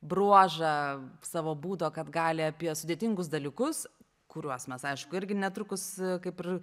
bruožą savo būdo kad gali apie sudėtingus dalykus kuriuos mes aišku irgi netrukus kaip ir